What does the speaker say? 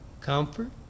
comfort